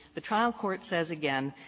the trial court says again,